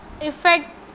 effect